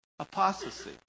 Apostasy